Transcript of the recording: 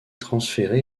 transféré